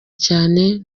cyane